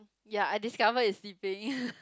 ya I discover it's sleeping